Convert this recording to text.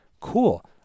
cool